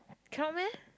cannot meh